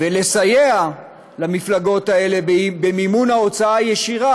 ולסייע למפלגות האלה במימון ההוצאה הישירה,